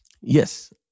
Yes